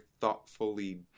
thoughtfully